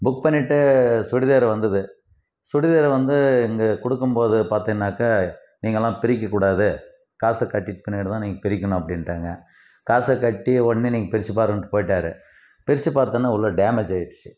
book பண்ணிட்டு சுடிதார் வந்தது சுடிதார் வந்து இங்கே கொடுக்கும் போது பார்த்திங்கன்னாக்கா நீங்களெலாம் பிரிக்கக்கூடாது காசை கட்டிவிட்டு பின்னாடி தான் நீங்கள் பிரிக்கணும் அப்படின்டாங்க காசை கட்டி உடனே நீங்கள் பிரித்து பாருன்ட்டு போயிட்டார் பிரித்து பாத்தோடன உள்ளே டேமேஜ் ஆயிடுச்சு